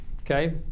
okay